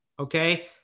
Okay